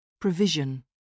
Provision